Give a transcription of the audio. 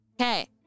Okay